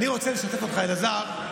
אני רוצה לשתף אותך, אלעזר.